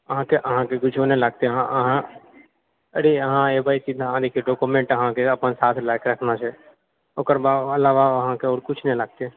अहाँकऽ अहाँकऽ किछु नहि लागतै अहाँ अरे अहाँ एबे कि अहाँकेँ डॉक्युमेन्ट अपना साथमे लाना छै अपना जे ओकर अलावा अहाँकऽ किछु नहि लागतै